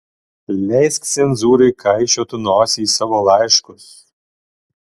leisk cenzūrai kaišioti nosį į savo laiškus